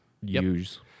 use